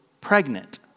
pregnant